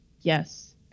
Yes